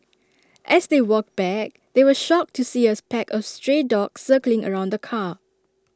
as they walked back they were shocked to see A pack of stray dogs circling around the car